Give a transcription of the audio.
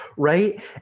right